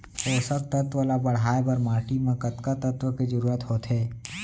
पोसक तत्व ला बढ़ाये बर माटी म कतका तत्व के जरूरत होथे?